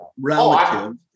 relative